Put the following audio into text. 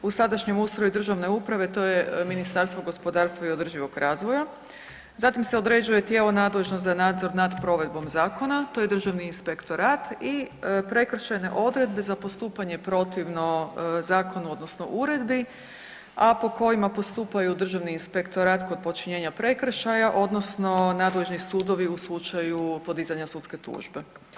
U sadašnjem ustroju državne uprave to je Ministarstvo gospodarstva i održivog razvoja, zatim se određuje tijelo nadležno za nadzor nad provedbom zakona, to je državni inspektorat i prekršajne odredbe za postupanje protivno zakonu odnosno uredbi, a po kojima postupaju državni inspektorat kod počinjenja prekršaja odnosno nadležni sudovi u slučaju podizanja sudske tužbe.